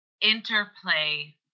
interplay